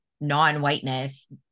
non-whiteness